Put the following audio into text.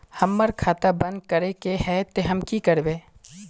हमर खाता बंद करे के है ते हम की करबे?